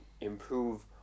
improve